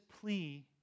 plea